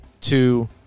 two